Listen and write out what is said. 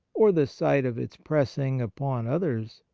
or the sight of its pressing upon others,